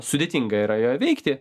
sudėtinga yra ją įveikti